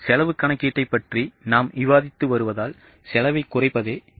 செலவுக் கணக்கீட்டைப் பற்றி நாம் விவாதித்து வருவதால் செலவைக் குறைப்பதே நோக்கமாகும்